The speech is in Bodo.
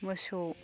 मोसौ